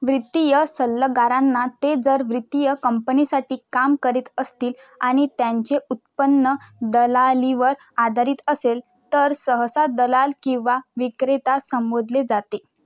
वृत्तीय सल्लगारांना ते जर वृत्तीय कंपनीसाठी काम करीत असतील आणि त्यांचे उत्पन्न दलालीवर आधारित असेल तर सहसा दलाल किंवा विक्रेता संबोधले जाते